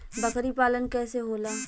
बकरी पालन कैसे होला?